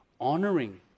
honoring